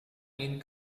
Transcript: ingin